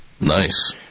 Nice